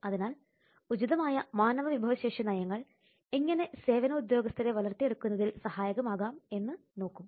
അതിനാൽ ഉചിതമായ മാനവവിഭവശേഷി നയങ്ങൾ എങ്ങനെ സേവന ഉദ്യോഗസ്ഥരെ വളർത്തിയെടുക്കുന്നതിൽ സഹായകമാകും എന്ന് നോക്കും